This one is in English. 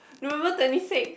November twenty six